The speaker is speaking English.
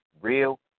real